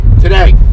today